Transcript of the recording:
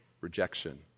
rejection